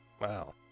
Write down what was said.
Wow